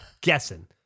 guessing